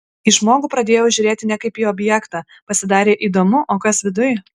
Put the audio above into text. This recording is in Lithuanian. į žmogų pradėjau žiūrėti ne kaip į objektą pasidarė įdomu o kas viduj